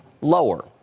lower